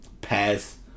Pass